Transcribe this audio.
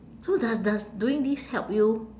so does does doing this help you